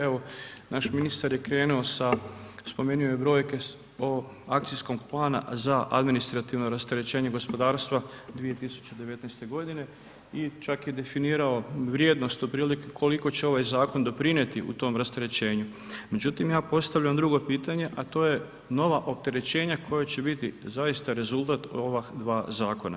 Evo naš ministar je krenuo sa spomenuo je brojke ovog akcijskog plana za administrativno rasterećenje gospodarstva 2019. g. i čak je definirao vrijednost otprilike koliko će ovaj zakon doprinijeti u tom rasterećenju međutim ja postavljam drugo pitanje a to je nova opterećenja koja će biti zaista rezultat ova dva zakona.